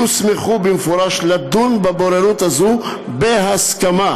יוסמכו במפורש לדון בבוררות הזאת בהסכמה.